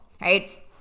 right